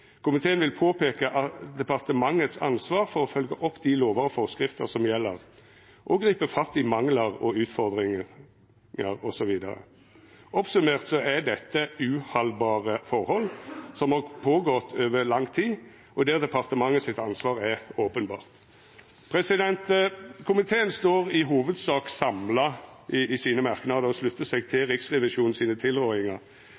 komiteen: «Det er spesielt urovekkende at det ikke er enighet om når bistandsplikten er oppfylt.» Og endeleg: «Komiteen vil påpeke departementets ansvar for å følge opp de lover og forskrifter som gjelder, og gripe fatt i mangler og utfordringer» – osv. Summert opp er dette uhaldbare forhold som har gått føre seg over lang tid, og der departementet sitt ansvar er openbert. Komiteen står i hovudsak samla